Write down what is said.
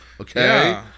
okay